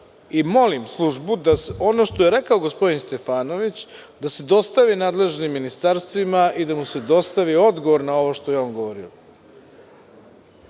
i molim službu da ono što je rekao gospodin Stefanović, da se dostavi nadležnim ministarstvima i da mu se dostavi odgovor na ovo što je on govorio. Sve